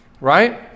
right